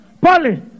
Polly